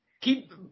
Keep